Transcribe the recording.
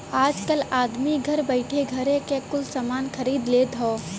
आजकल आदमी घर बइठे घरे क कुल सामान खरीद लेत हौ